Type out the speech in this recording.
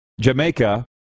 Jamaica